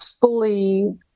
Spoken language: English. fully